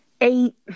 Eight